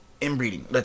inbreeding